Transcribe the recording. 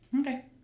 Okay